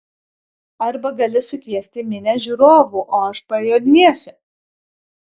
arba gali sukviesti minią žiūrovų o aš pajodinėsiu